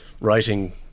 writing